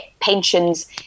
pensions